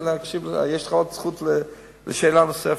יש לך זכות לשאלה נוספת.